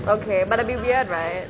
okay but it'll be weird right